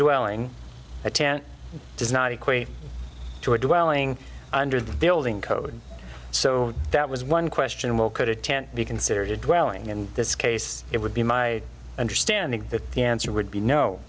dwelling a tenant does not equate to a dwelling under the building code so that was one question well could a tent be considered a dwelling in this case it would be my understanding that the answer would be no